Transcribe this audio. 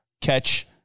catch